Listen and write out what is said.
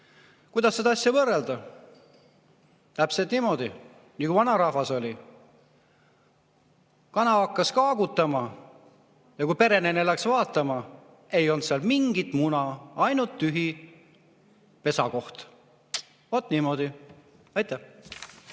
Kuidas seda asja võrrelda? Täpselt niimoodi nagu vanarahval: kana hakkas kaagutama ja kui perenaine läks vaatama, ei olnud seal mingit muna, oli ainult tühi pesakoht. Vot niimoodi. Aitäh!